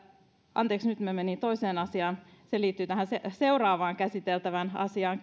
anteeksi nyt minä menin toiseen asiaan se liittyy tähän seuraavaan käsiteltävään asiaan